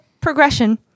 progression